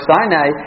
Sinai